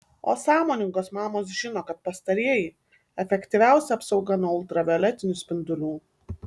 o sąmoningos mamos žino kad pastarieji efektyviausia apsauga nuo ultravioletinių spindulių